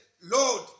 Lord